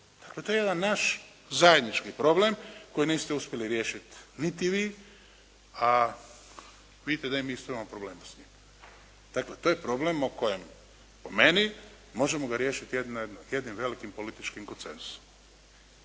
Dakle, to je jedan naš zajednički problem koji niste uspjeli riješiti niti vi a vidite da i mi isto imamo problema s njim. Dakle, to je problem o kojem po meni možemo ga riješiti jedino jednim velikim političkim konsenzusom.